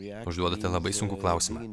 užduodate labai sunkų klausimą